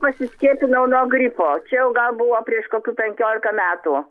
pasiskiepinau nuo gripo čia jau gal buvo prieš kokių penkiolika metų